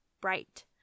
bright